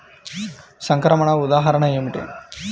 సంక్రమణ ఉదాహరణ ఏమిటి?